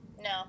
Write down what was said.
no